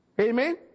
Amen